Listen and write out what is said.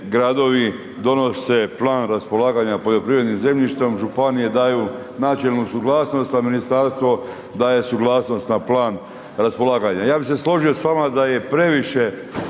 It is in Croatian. gradovi, donose plan raspolaganja poljoprivrednim zemljištem, županije daju načelnu suglasnost, a ministarstvo daje suglasnost na plan raspolaganja. Ja bih se složio s vama da je previše